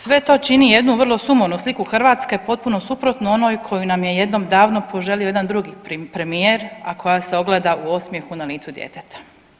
Sve to čini jednu vrlo sumornu sliku Hrvatske potpuno suprotnu onoj koju nam je jednom davno poželio jedan drugi premijer, a koja se ogleda u osmjehu na licu djeteta.